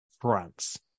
France